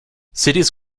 cities